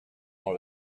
dans